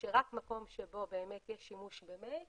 שרק מקום שבו באמת יש שימוש במייל